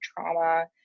trauma